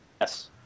Yes